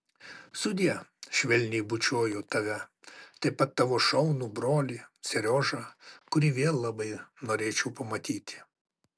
sudie švelniai bučiuoju tave taip pat tavo šaunų brolį seriožą kurį vėl labai norėčiau pamatyti